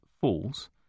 falls